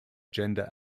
gender